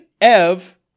EV